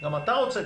גם אתה רוצה,